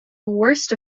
worst